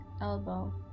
elbow